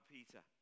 Peter